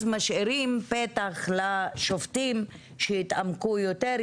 אז משאירים פתח לשופטים שיתעמקו יותר,